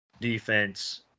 defense